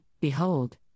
Behold